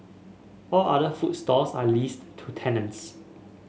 all other food stalls are leased to tenants